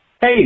Hey